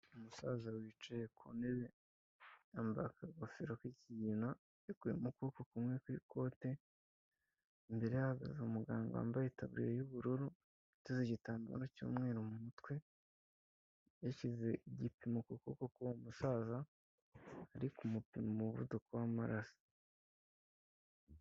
Umusaza wicaye ku ntebe yambaye akagofero k'ikigina yakuyemo ukuboko kumwe kw'ikote, imbere hahagaze umuganga wambaye itaburiya y'ubururu ateze igitambaro cy'umweru mu mutwe, yashyize igipimo ku kuboko umusaza ari kumupima umuvuduko w'amaraso.